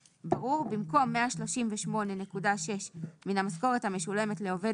במקום "138.6 אחוזים מן המשכורת המשולמת לעובד